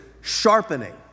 sharpening